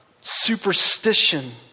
superstition